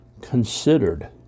considered